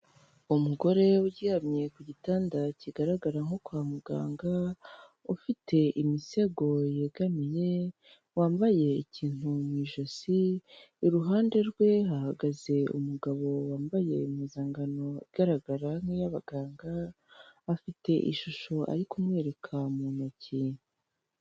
Umugore uryamye ku gitanda kigaragara nko kwa muganga, ufite imisego yegamiye, wambaye ikintu mu ijosi, i ruhande rwe hahagaze umugabo wambaye impuzankano igaragara nk'iy'abaganga, afite ishusho ari kumwereka mu ntoki.